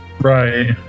Right